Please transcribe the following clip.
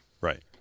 Right